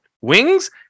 wings